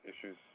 issues